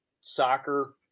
soccer